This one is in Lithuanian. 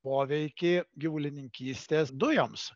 poveikį gyvulininkystės dujoms